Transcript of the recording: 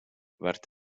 werd